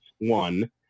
one